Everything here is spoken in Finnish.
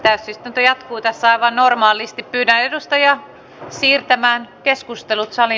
ärsyttäviä kuten aivan normaalisti pyytää edustajia siirtämään keskustelut sari